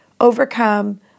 overcome